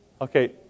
Okay